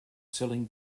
selling